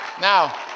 Now